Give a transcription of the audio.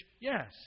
yes